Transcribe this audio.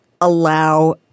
allow